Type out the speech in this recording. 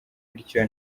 bityo